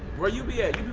where you be at?